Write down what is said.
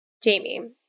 Jamie